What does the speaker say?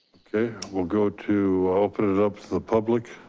okay, we'll go to open it up to the public.